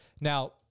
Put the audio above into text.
Now